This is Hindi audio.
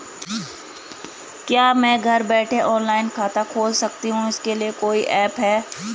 क्या मैं घर बैठे ऑनलाइन खाता खोल सकती हूँ इसके लिए कोई ऐप है?